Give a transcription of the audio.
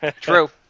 true